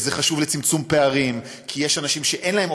וזה חשוב לצמצום פערים כי יש אנשים שאין להם